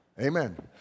Amen